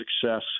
success